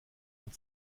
und